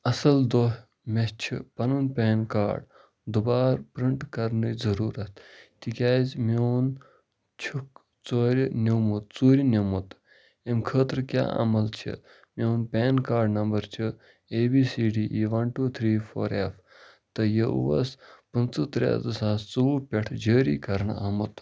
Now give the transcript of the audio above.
اصٕل دۄہ مےٚ چھِ پَنُن پین کارڈ دُبارٕ پرٛنٛٹ کرنٕچ ضروٗرت تِکیٛازِ میٛون چھُکھ ژورِ نیٛومُت ژوٗرِ نیٛومُت اَمہِ خٲطرٕ کیٛاہ عمل چھِ میٛون پین کارڈ نمبر چھُ A B C D E one two three four F تہٕ یہِ اوس پنٛژٕہ ترٛےٚ زٕ ساس ژُوٚوُہ پٮ۪ٹھ جٲری کرنہٕ آمُت